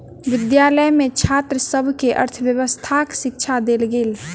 विद्यालय में छात्र सभ के अर्थव्यवस्थाक शिक्षा देल गेल